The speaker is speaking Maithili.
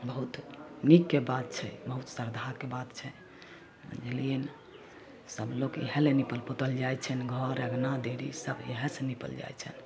बहुत नीकके बात छै बहुत श्रद्धाके बात छै बुझलिए ने सभ लोक इएहलए निपल पोतल जाइ छनि घर अँगना देहरी सब इएहसँ निपल जाइ छनि